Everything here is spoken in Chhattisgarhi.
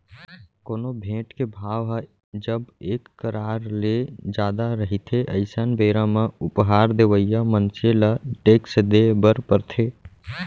कोनो भेंट के भाव ह जब एक करार ले जादा रहिथे अइसन बेरा म उपहार देवइया मनसे ल टेक्स देय बर परथे